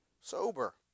sober